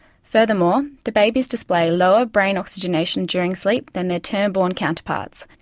furthermore, the babies display a lower brain oxygenation during sleep than their term born counterparts.